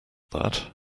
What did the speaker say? that